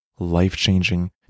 life-changing